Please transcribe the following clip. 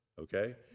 Okay